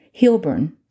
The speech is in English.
Hilburn